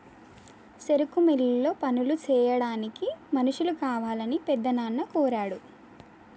సెరుకు మిల్లులో పనులు సెయ్యాడానికి మనుషులు కావాలని పెద్దనాన్న కోరాడు